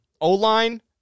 O-line